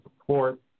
support